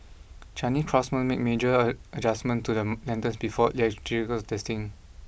Chinese craftsmen make major a adjustments to the lanterns before electrical testing